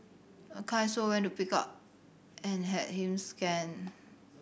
a kind soul went to pick up and had him scanned